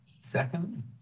second